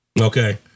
Okay